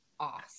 Awesome